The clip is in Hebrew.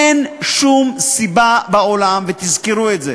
אין שום סיבה בעולם, ותזכרו את זה: